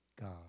God